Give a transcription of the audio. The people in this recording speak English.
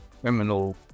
criminal